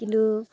কিন্তু